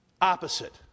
opposite